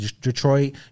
Detroit